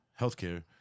healthcare